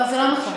לא, זה לא נכון.